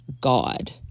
God